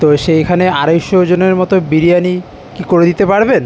তো সেইখানে আড়াইশো জনের মতো বিরিয়ানি কি করে দিতে পারবেন